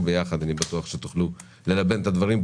ביחד אני בטוח שתוכלו להגיע להסכמה וללבן את הדברים.